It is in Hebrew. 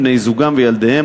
בני-זוגם וילדיהם,